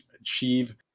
achieve